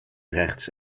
rechts